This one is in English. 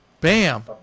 Bam